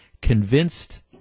convinced